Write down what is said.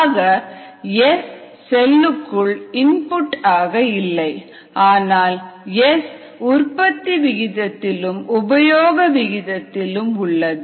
ஆக S செல்லுக்குள் input ஆக இல்லை ஆனால் S உற்பத்தி விகிதத்திலும் உபயோக விகிதத்திலும் உள்ளது